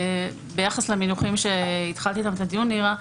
ביחס למינוחים שהתחלת איתם את הדיון, נירה,